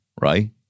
right